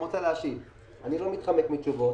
לא מתחמק מתשובות.